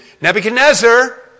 Nebuchadnezzar